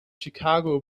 chicago